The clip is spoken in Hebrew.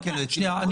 --- הן